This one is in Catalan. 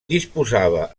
disposava